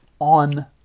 on